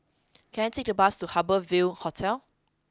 can I take a bus to Harbour Ville Hotel